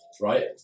right